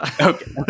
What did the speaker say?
Okay